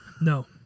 no